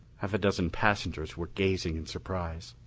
half a dozen passengers were gazing in surprise.